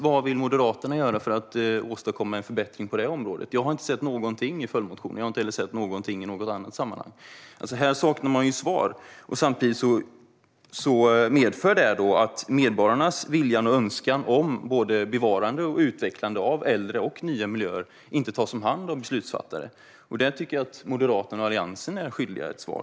Vad vill Moderaterna göra för att åstadkomma en förbättring på det området? Jag har inte sett någonting i följdmotionen, och jag har inte sett någonting i något annat sammanhang heller. Här saknar man svar. Det medför att medborgarnas vilja och önskan om både bevarande och utvecklande av äldre och nya miljöer inte tas om hand av beslutsfattare. Där tycker jag att Moderaterna och Alliansen är skyldiga ett svar.